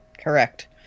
correct